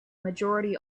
majority